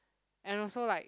and also like